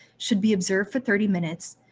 should be observed for thirty minutes,